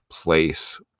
place